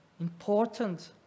important